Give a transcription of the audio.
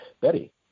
Betty